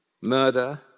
murder